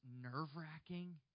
nerve-wracking